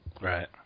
Right